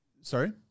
Sorry